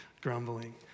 grumbling